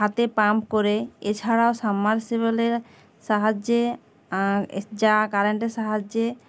হাতে পাম্প করে এছাড়াও সাবমার্সিবেলের সাহায্যে যা কারেন্টের সাহায্যে